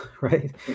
right